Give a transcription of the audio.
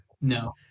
no